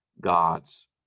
God's